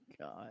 God